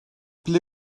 ble